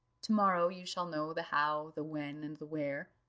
to-morrow you shall know the how, the when, and the where,